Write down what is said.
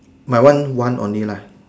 my one one only lah